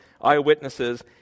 eyewitnesses